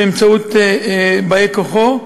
באמצעות באי-כוחו,